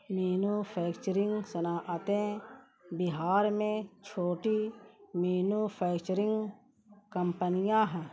manufacturing صنعتیں بہار میں چھوٹی مینوفیکچرنگ کمپنیاں ہیں